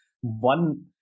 one